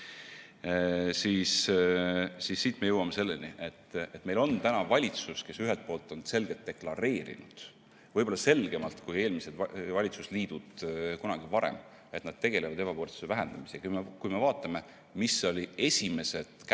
Siit me jõuame selleni, et meil on täna valitsus, kes ühelt poolt on selgelt deklareerinud, võib-olla selgemalt kui eelmised valitsusliidud kunagi varem, et nad tegelevad ebavõrdsuse vähendamisega. Kui me vaatame, mis olid esimesed kärpekohad,